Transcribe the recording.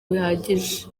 bihagije